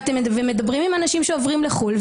מדברים עם אנשים שעוברים לחו"ל,